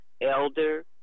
Elder